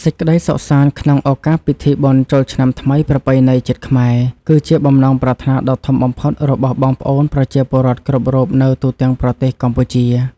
សេចក្តីសុខសាន្តក្នុងឱកាសពិធីបុណ្យចូលឆ្នាំថ្មីប្រពៃណីជាតិខ្មែរ គឺជាបំណងប្រាថ្នាដ៏ធំបំផុតរបស់បងប្អូនប្រជាពលរដ្ឋគ្រប់រូបនៅទូទាំងប្រទេសកម្ពុជា។